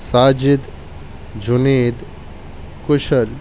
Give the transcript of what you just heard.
Sajid Junaid Kushal